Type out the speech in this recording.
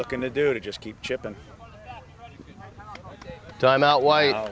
looking to do to just keep chipping time out why